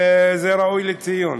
וזה ראוי לציון.